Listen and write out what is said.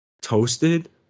toasted